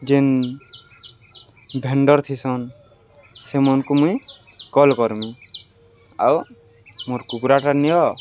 ଯେନ୍ ଭେଣ୍ଡର୍ ଥିସନ୍ ସେମାନ୍କୁ ମୁଇଁ କଲ୍ କର୍ମି ଆଉ ମୋର୍ କୁକୁଡ଼ାଟା ନିଅ